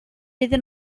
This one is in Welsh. iddyn